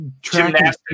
Gymnastics